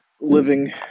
living